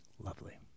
Lovely